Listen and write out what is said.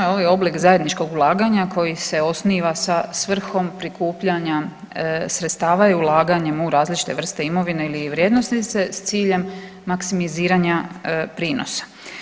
Oblik zajedničkog ulaganja koji se osniva sa svrhom prikupljanja sredstava i ulaganjem u različite vrste imovine ili vrijednosnice s ciljem maksimiziranja prinosa.